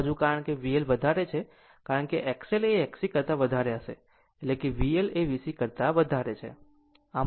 આ બાજુ કારણ કે VL વધારે છે કારણ કે XL એ Xc કરતા વધારે એટલે VL એ VC કરતા વધારે છે